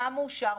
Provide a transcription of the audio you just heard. מה מאושר,